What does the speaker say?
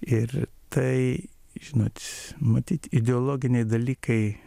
ir tai žinot matyt ideologiniai dalykai